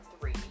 three